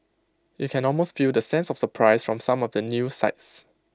you can almost feel the sense of surprise from some of the news sites